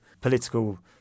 political